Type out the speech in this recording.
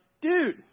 dude